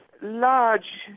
large